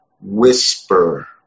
whisper